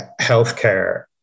healthcare